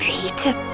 Peter